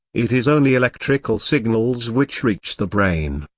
it is only electrical signals which reach the brain,